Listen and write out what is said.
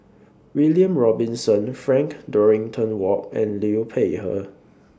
William Robinson Frank Dorrington Ward and Liu Peihe